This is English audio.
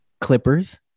Clippers